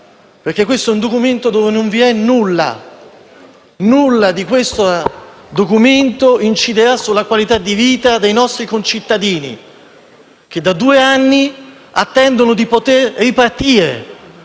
perché in esso non vi è nulla: nulla di questo documento inciderà sulla qualità di vita dei nostri concittadini, che da due anni attendono di poter ripartire